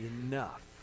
enough